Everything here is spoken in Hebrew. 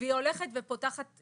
והיא הולכת ופותחת